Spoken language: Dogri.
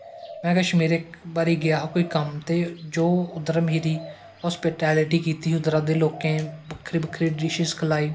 में इक बारी गेा हा कश्मीर कम्म ते मेरी उध्दर जो हस्पिटैलटी कीती ही उध्दरा दे लोकें बक्खरे बक्खरे डिशिज खलाई